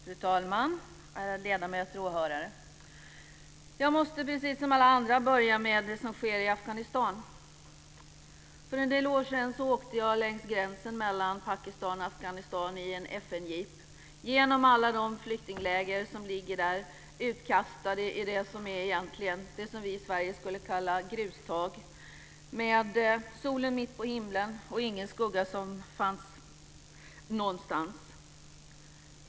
Fru talman, ledamöter, åhörare! Jag måste precis som alla andra börja med det som sker i Afghanistan. För en del år sedan åkte jag längs gränsen mellan Pakistan och Afghanistan i en FN-jeep, genom alla de flyktingläger som ligger utkastade i det som egentligen är det vi i Sverige skulle kalla grustag, med solen mitt på himlen och ingen skugga någonstans.